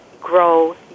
grow